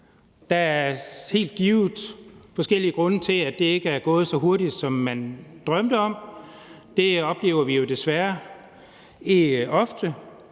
Der er helt givet forskellige grunde til, at det ikke er gået så hurtigt, som man drømte om. Det oplever vi jo desværre ofte.